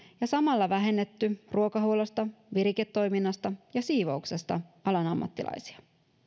ja samalla on vähennetty ruokahuollosta viriketoiminnasta ja siivouksesta alan ammattilaisia